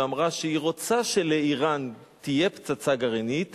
ואמרה שהיא רוצה שלאירן תהיה פצצה גרעינית